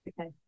Okay